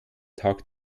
tag